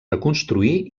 reconstruir